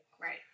Right